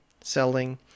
selling